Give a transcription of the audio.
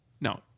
no